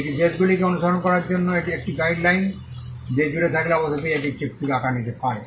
এটি দেশগুলিকে অনুসরণ করার জন্য একটি গাইডলাইন দেশজুড়ে থাকলে অবশেষে এটি চুক্তির আকার নিতে পারে